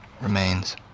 remains